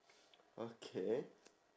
okay